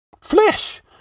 Flesh